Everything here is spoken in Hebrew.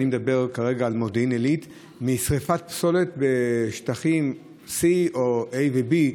אני מדבר כרגע על מודיעין עילית: משרפת פסולת בשטחים C או A ו-B,